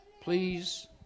please